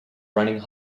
running